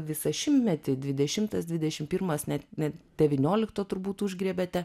visą šimtmetį dvidešimtas dvidešimt pirmas net net devyniolikto turbūt užgriebėte